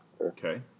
Okay